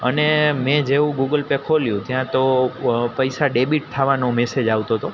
અને મેં જેવું ગૂગલ પે ખોલ્યું ત્યાં તો પૈસા ડેબિટ થવાનો મેસેજ આવતો હતો